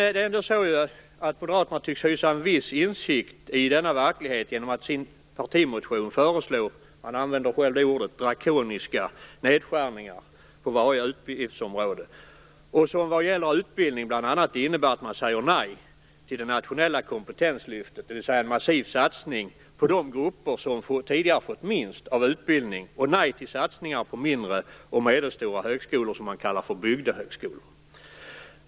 Moderaterna tycks emellertid hysa en viss insikt i denna verklighet genom att i sin partimotion föreslå drakoniska - de använder själva det ordet - nedskärningar på varje utgiftsområde. I fråga om utbildningen säger de nej till det nationella kompetenslyftet, dvs. en massiv satsning på de grupper som tidigare fått minst av utbildning. De säger också nej till satsningar på mindre och medelstora högskolor, som de kallar för bygdehögskolor.